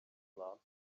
learned